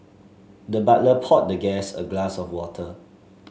the butler poured the guest a glass of water